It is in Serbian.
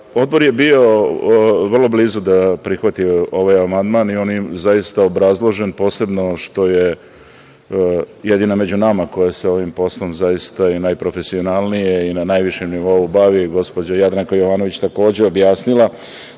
Odbor je bio vrlo blizu da prihvati ovaj amandman i on je zaista obrazložen, posebno što je jedina među na koja se ovim poslom zaista i najprofesionalnije i na najvišem nivou bavi, gospođa Jadranka Jovanović, takođe objasnila. Tako